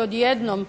odjednom